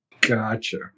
Gotcha